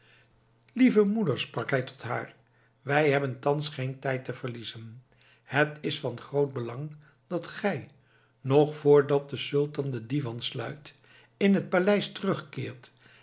lieve moeder sprak hij tot haar wij hebben thans geen tijd te verliezen het is van groot belang dat gij nog voor dat de sultan den divan sluit in het paleis terugkeert